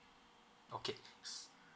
okay